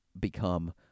become